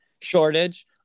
shortage